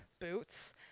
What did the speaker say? boots